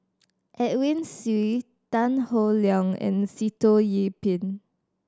Edwin Siew Tan Howe Liang and Sitoh Yih Pin